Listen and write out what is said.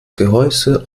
gehäuse